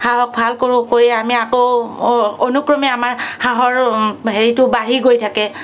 হাঁহক ভাল কৰোঁ কৰি আমি আকৌ অনুক্ৰমে আমাৰ হাঁহৰ হেৰিটো বাঢ়ি গৈ থাকে